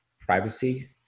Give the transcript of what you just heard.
privacy